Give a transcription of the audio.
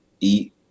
eat